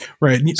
Right